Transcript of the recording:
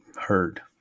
heard